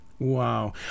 Wow